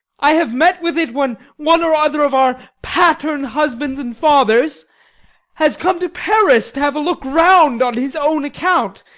i have met with it when one or other of our pattern husbands and fathers has come to paris to have a look round on his own account,